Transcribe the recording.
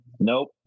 Nope